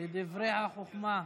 לדברי החוכמה.